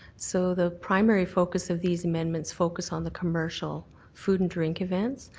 so the primary focus of these amendments focused on the commercial food and drink events.